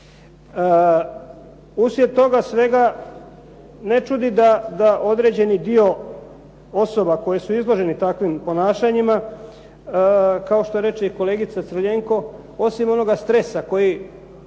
Uslijed toga svega ne čudi da određeni dio osoba koje su izložene takvim ponašanjima kao što reče i kolegica Crljenko osim onoga stresa koji